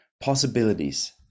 possibilities